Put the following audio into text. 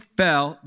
fell